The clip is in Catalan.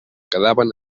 quedaven